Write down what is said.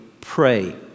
pray